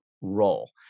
role